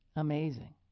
Amazing